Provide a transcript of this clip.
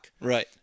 right